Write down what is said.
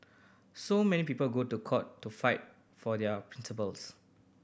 so many people go to court to fight for their principles